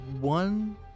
one